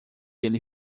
ele